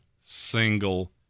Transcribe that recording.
single